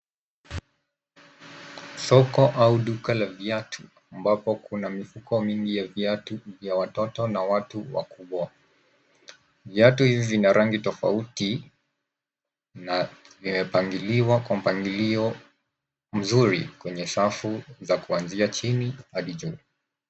Soko au duka la viatu ambapo kuna mifuko mingi ya viatu vya watoto na watu wakubwa. Viatu hivi vina rangi tofauti na vimepangiliwa kwa mpangilio mzuri kwenye safu za kuanzia chini hadi juu.